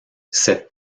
cette